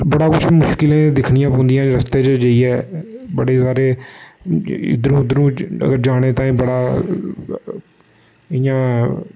बड़ा कुछ मुश्कलें दिक्खने पौंदियां रस्ते च जाइयै बड़े सारे इद्धरू उद्धरू जाने ताईं बड़ा इ'यां